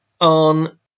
on